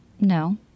No